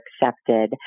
accepted